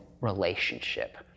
relationship